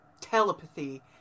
telepathy